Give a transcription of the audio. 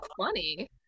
funny